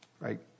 right